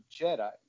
Jedi